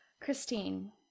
Christine